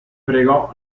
pregò